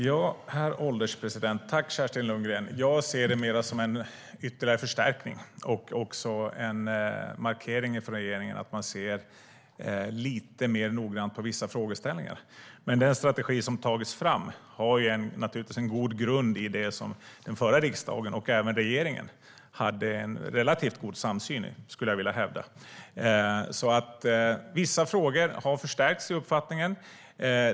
Herr ålderspresident! Tack för frågan, Kerstin Lundgren! Jag ser det mer som en ytterligare förstärkning och även som en markering från regeringen att man ser lite mer noggrant på vissa frågeställningar. Den strategi som har tagits fram har dock naturligtvis en god grund i det som den förra riksdagen, och även regeringen, hade en - skulle jag vilja hävda - relativt god samsyn kring. Vissa frågor har förstärkts i uppfattningen.